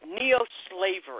neo-slavery